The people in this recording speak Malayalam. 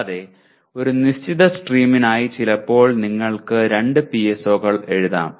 കൂടാതെ ഒരു നിശ്ചിത സ്ട്രീമിനായി ചിലപ്പോൾ നിങ്ങൾക്ക് 2 PSO കൾ എഴുതാം